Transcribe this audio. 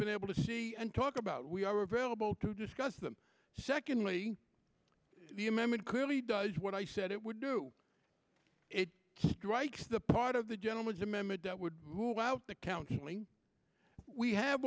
been able to see and talk about we are available to discuss them secondly the amendment clearly does what i said it would do it strikes the part of the gentleman's amendment that would who are out the counseling we have